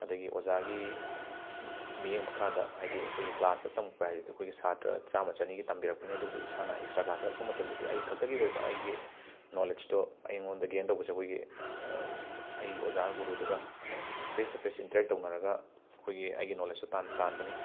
ꯑꯗꯒꯤ ꯑꯣꯖꯥꯒꯤ ꯑꯝ ꯑ ꯃꯤꯠꯌꯦꯡ ꯃꯈꯥꯗ ꯍꯥꯏꯗꯤ ꯑꯩꯈꯣꯏ ꯀ꯭ꯂꯥꯁꯇ ꯇꯝꯂꯛꯄ ꯍꯥꯏꯁꯤꯗꯤ ꯑꯩꯈꯣꯏꯒꯤ ꯁꯥꯇ꯭ꯔ ꯆꯥꯝꯃ ꯆꯅꯤ ꯇꯝꯕꯤꯔꯛꯄꯅꯤ ꯑꯗꯨꯕꯨ ꯏꯁꯥꯅ ꯑꯦꯛꯁꯇ꯭ꯔꯥ ꯀ꯭ꯂꯥꯁ ꯆꯠꯂꯛꯄ ꯃꯇꯝꯗꯗꯤ ꯑꯩ ꯈꯛꯇꯒꯤ ꯑꯣꯏꯕ ꯑꯩꯒꯤ ꯅꯣꯂꯦꯠꯁꯇꯣ ꯑꯩꯉꯣꯟꯗ ꯒꯦꯟ ꯇꯧꯕꯁꯦ ꯑꯩꯈꯣꯏꯒꯤ ꯑꯩꯒꯤ ꯑꯣꯖꯥ ꯒꯨꯔꯨꯗꯨꯒ ꯐꯦꯁ ꯇꯨ ꯐꯦꯁ ꯏꯟꯇꯔꯦꯛ ꯇꯧꯅꯔꯒ ꯑꯩꯈꯣꯏꯒꯤ ꯑꯩꯒꯤ ꯅꯣꯂꯦꯁꯇꯣ ꯇꯥꯟ ꯇꯥꯟꯕꯅꯤ